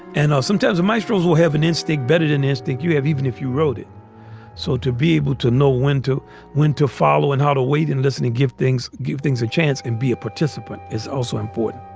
and sometimes the maestros will have an instinct bedded in instinct you have even if you wrote it so to be able to know when to when to follow and how to wait in listening, give things, give things a chance and be a participant. it's also important